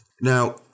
Now